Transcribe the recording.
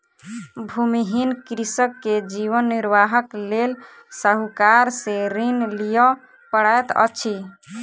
भूमिहीन कृषक के जीवन निर्वाहक लेल साहूकार से ऋण लिअ पड़ैत अछि